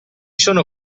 sono